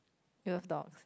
you love dogs